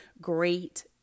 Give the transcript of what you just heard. great